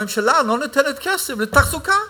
הממשלה לא נותנת כסף לתחזוקה.